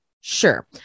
Sure